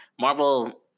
Marvel